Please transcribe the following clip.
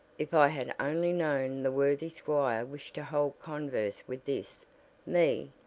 if i had only known the worthy squire wished to hold converse with this me,